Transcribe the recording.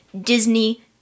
Disney